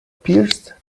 pierced